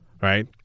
right